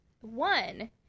one